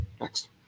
Next